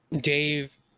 Dave